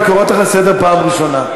אני קורא אותך לסדר פעם ראשונה.